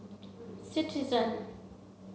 citizen